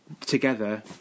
together